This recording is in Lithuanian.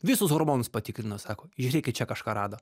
visus hormonus patikrino sako žiūrėkit čia kažką rado